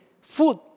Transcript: food